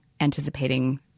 anticipating